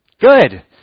Good